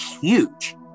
huge